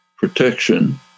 protection